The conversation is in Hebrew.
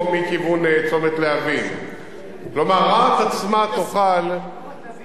אם הוא יסכים.